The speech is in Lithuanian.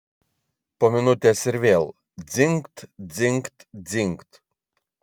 po minutės ir vėl dzingt dzingt dzingt